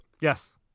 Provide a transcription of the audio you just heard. Yes